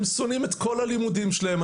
הם שונאים את כל הלימודים שלהם.